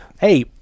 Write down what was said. Hey